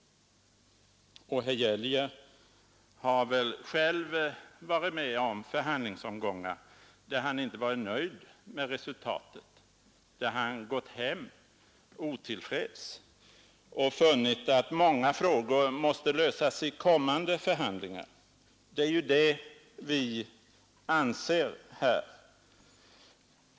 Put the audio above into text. Herr Geijer har väl själv varit med om förhandlingsomgångar där han inte varit nöjd med resultaten och har fått gå hem utan att vara till freds; och där många frågor har fått skjutas upp till kommande förhandlingar. Det är precis det läge vi tycker vi har här i dag.